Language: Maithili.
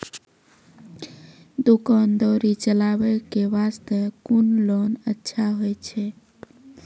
दुकान दौरी चलाबे के बास्ते कुन लोन अच्छा होय छै?